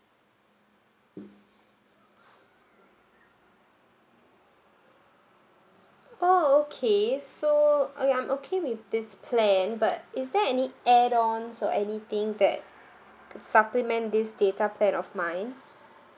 oh okay so okay I'm okay with this plan but is there any add ons or anything that supplement this data plan of my